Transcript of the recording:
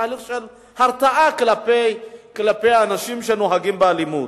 תהליך של הרתעה כלפי אנשים שנוהגים באלימות.